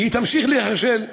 והיא תמשיך להיכשל.